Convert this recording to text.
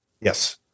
Yes